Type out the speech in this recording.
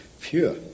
pure